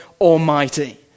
Almighty